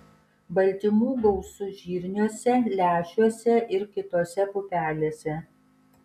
baltymų gausu žirniuose lęšiuose ir kitose pupelėse